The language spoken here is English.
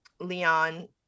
Leon